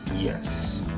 Yes